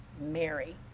Mary